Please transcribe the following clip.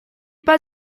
pas